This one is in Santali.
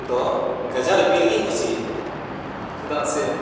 ᱫᱚ ᱜᱟᱡᱟᱲ ᱵᱤᱨᱜᱮᱧ ᱠᱩᱥᱤᱭᱟᱜᱼᱟ ᱪᱮᱫᱟᱜ ᱥᱮ